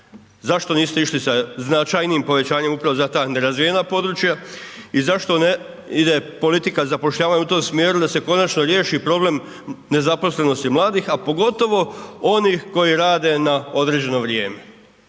Zašto niste išli sa značajnijim povećanjem upravo za ta nerazvijena područja. I zašto ne ide politika zapošljavanja u tom smjeru da se konačno riješi problem nezaposlenosti mladih a pogotovo onih koji rade na određeno vrijeme.